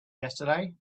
yesterday